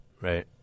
Right